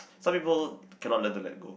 some people cannot learn to let go